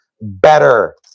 better